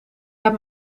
heb